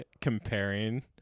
comparing